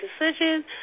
decision